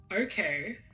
okay